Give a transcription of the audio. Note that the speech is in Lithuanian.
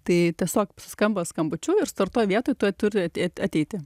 tai tiesiog suskamba skambučiu ir sutartoj vietoj to turėti ateityje